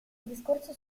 discorso